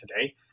today